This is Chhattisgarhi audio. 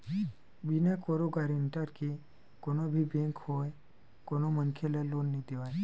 बिना कोनो गारेंटर के कोनो भी बेंक होवय कोनो मनखे ल लोन नइ देवय